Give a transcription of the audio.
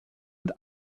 mit